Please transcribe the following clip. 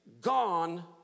gone